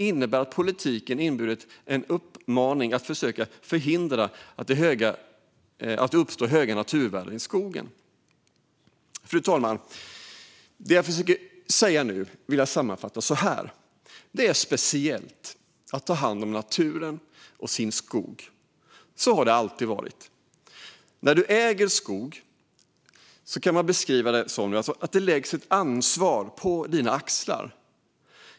Indirekt har politiken inneburit en uppmaning att försöka förhindra att det uppstår höga naturvärden i skogen. Fru talman! Det jag ska försöka säga nu vill jag sammanfatta så här: Det är speciellt att ta hand om naturen och sköta sin skog. Så har det alltid varit. När man äger skog kan man beskriva det som att det läggs ett ansvar på ens axlar.